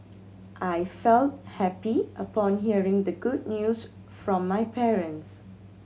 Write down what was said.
I felt happy upon hearing the good news from my parents